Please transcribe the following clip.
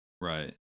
Right